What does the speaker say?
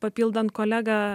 papildant kolegą